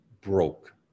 broke